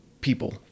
people